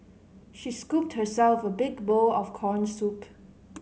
she scooped herself a big bowl of corn soup